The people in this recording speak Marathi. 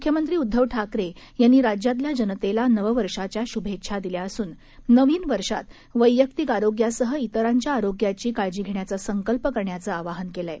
मुख्यमंत्रीउद्दवठाकरेयांनीराज्यातल्याजनतेलानववर्षाच्याशुभेच्छादिल्याअसूननववर्षातवैय क्तिकआरोग्यासह इतरांच्याआरोग्याचीकाळजीघेण्याचासंकल्पकरण्याचंआवाहनकेलंआहे